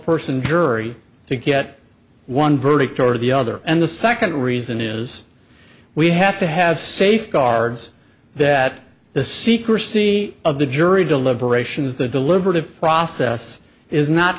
person jury to get one verdict or the other and the second reason is we have to have safeguards that the secrecy of the jury deliberations the deliberative process is not